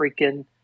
freaking